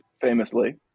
Famously